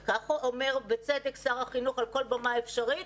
וכך אומר בצדק שר החינוך על כל במה אפשרית,